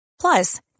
Plus